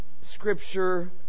Scripture